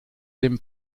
dem